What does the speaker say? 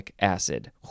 acid